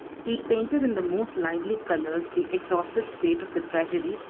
he painted in the most lively colors the exhausted state of the treasury,